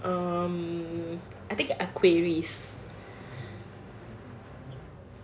um I think aquarius